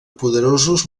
poderosos